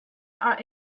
are